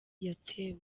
yatewe